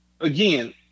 Again